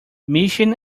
mission